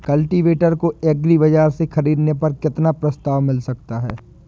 Cultivator को agri बाजार से ख़रीदने पर कितना प्रस्ताव मिल सकता है?